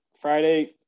Friday